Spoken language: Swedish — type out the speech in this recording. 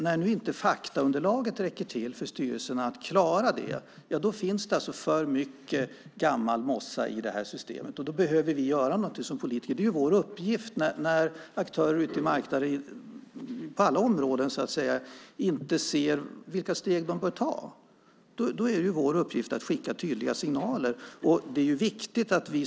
När faktaunderlaget inte räcker till för styrelserna att klara det betyder det att det finns för mycket gammal mossa i systemet, och då behöver vi som politiker göra något åt det. När aktörer ute på marknaden inte ser vilka steg de bör ta är det vår uppgift att skicka tydliga signaler; det gäller alla områden.